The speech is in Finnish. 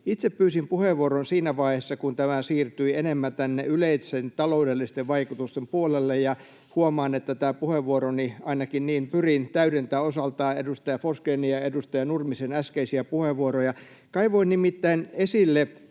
Itse pyysin puheenvuoron siinä vaiheessa, kun tämä siirtyi enemmän tänne yleisten taloudellisten vaikutusten puolelle, ja huomaan, että tämä puheenvuoroni, ainakin niin pyrin, täydentää osaltaan edustaja Forsgrénin ja edustaja Nurmisen äskeisiä puheenvuoroja. Kaivoin nimittäin esille